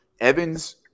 Evans